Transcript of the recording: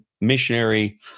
missionary